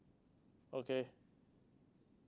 okay